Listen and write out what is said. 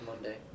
Monday